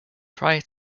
prior